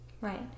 Right